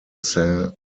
saint